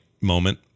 moment